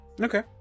Okay